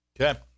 Okay